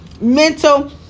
mental